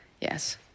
Yes